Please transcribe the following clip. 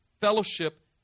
Fellowship